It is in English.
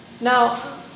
Now